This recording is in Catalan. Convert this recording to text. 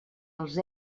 els